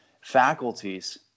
faculties